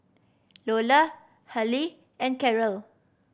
Iola Halie and Cherrelle